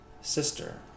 sister